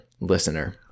listener